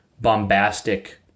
bombastic